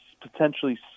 potentially